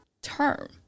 term